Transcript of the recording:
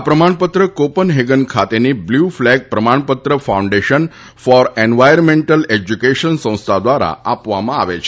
આ પ્રમાણપત્ર કોપનહેગન ખાતેની બ્લુ ફલેગ પ્રમાણપત્ર ફાઉન્ડેશન ફોર એનવાયરમેન્ટલ એજયુકેશન સંસ્થા ધ્વારા આપવામાં આવે છે